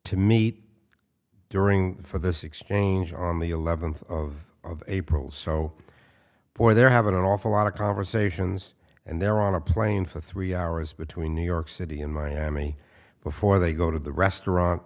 to meet during for this exchange on the eleventh of april so for they're having an awful lot of conversations and they're on a plane for three hours between new york city and miami before they go to the restaurant